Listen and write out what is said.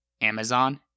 Amazon